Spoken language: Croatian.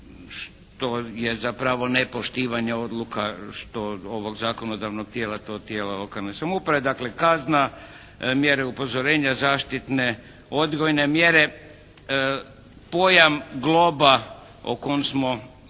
što je zapravo nepoštivanje odluka, što ovog zakonodavnog tijela to tijela lokalne samouprave. Dakle, kazna mjere upozorenja, zaštitne odgojne mjere, pojam globa o kom smo